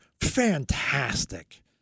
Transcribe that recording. Fantastic